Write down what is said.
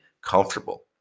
comfortable